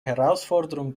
herausforderung